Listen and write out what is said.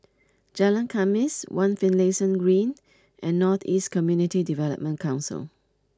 Jalan Khamis one Finlayson Green and North East Community Development Council